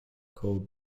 called